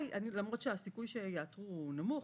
למרות שהסיכוי שיעתרו הוא נמוך.